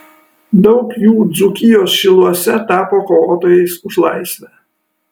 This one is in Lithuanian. daug jų dzūkijos šiluose tapo kovotojais už laisvę